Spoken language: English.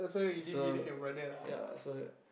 so ya so